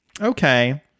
okay